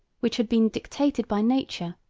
which had been dictated by nature,